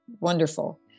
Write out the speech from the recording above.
wonderful